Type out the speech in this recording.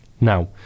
Now